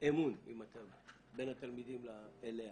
אמון בין התלמיד אליהן.